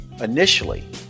Initially